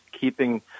keeping